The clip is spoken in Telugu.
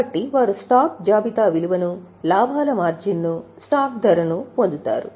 కాబట్టి వారు స్టాక్ జాబితా విలువను లాభాల మార్జిన్ ను స్టాక్ ధరను పొందుతారు